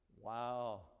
Wow